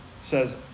says